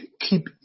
keep